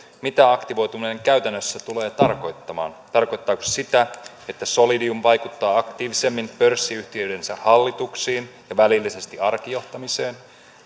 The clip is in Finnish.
mitä aktivoituminen käytännössä tulee tarkoittamaan tarkoittaako se sitä että solidium vaikuttaa aktiivisemmin pörssiyhtiöidensä hallituksiin ja välillisesti arkijohtamiseen